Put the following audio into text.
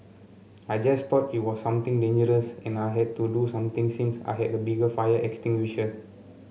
I just thought it was something dangerous and I had to do something since I had a bigger fire extinguisher